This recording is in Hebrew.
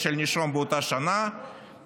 לפקודה נקבע שאדם שתרם בשנת מס